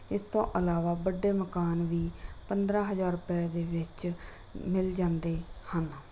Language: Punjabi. ਇਸ ਤੋਂ ਇਲਾਵਾ ਵੱਡੇ ਮਕਾਨ ਵੀ ਪੰਦਰਾਂ ਹਜ਼ਾਰ ਰੁਪਏ ਦੇ ਵਿੱਚ ਮਿਲ ਜਾਂਦੇ ਹਨ